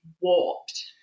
warped